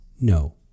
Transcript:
no